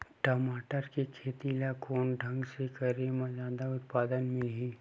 टमाटर के खेती ला कोन ढंग से करे म जादा उत्पादन मिलही?